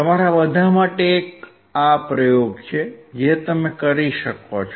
તમારા બધા માટે આ એક પ્રયોગ છે જે તમે કરી શકો છો